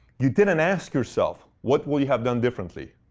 you didn't ask yourself what would you have done differently.